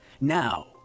Now